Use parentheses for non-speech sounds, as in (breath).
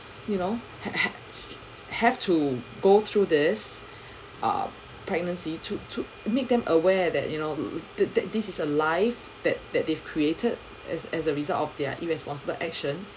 you know have have have to go through this (breath) err pregnancy to to to make them aware that you know that this is a life that that they've created as as a result of their irresponsible action